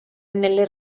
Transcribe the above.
nelle